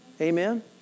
Amen